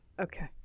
Okay